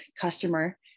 customer